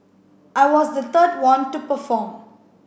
I was the third one to perform